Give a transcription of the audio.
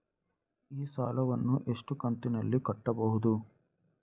ಈ ಸಾಲವನ್ನು ಎಷ್ಟು ಕಂತಿನಲ್ಲಿ ಕಟ್ಟಬಹುದು?